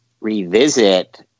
revisit